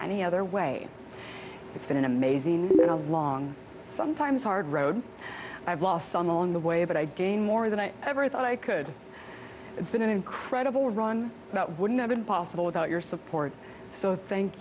either way it's been an amazing a long sometimes hard road i've lost some along the way but i gain more than i ever thought i could it's been an incredible run about wouldn't have been possible without your support so thank